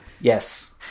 Yes